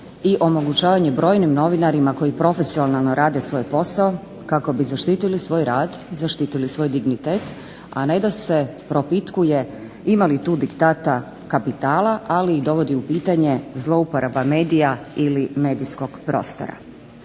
i omogućavanje brojnim novinarima koji profesionalno rade svoj posao kako bi zaštitili svoj rad i zaštitili svoj dignitet, a ne da se propitkuje ima li tu diktata kapitala, ali i dovodi u pitanje zlouporaba medija ili medijskog prostora.